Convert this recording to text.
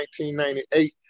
1998